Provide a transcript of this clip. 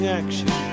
action